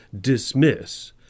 dismiss